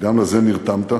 וגם לזה נרתמת.